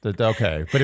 Okay